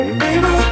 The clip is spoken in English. baby